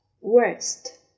Worst